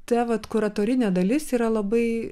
ta vat kuratorinė dalis yra labai